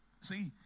See